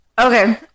Okay